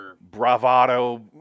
Bravado